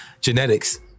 genetics